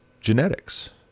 genetics